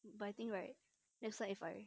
but I think right next time if I